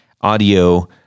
audio